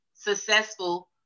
successful